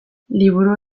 liburu